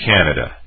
Canada